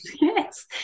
yes